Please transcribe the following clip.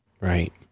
Right